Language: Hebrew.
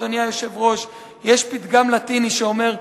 אדוני היושב-ראש: יש פתגם לטיני שאומר,